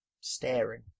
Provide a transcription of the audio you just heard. staring